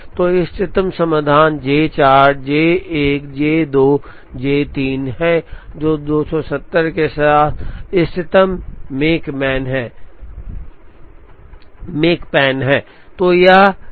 तो इष्टतम समाधान J 4 J 1 J 2 J 3 है जो 270 के साथ इष्टतम मेकपैन है